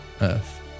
Earth